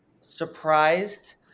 surprised